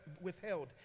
withheld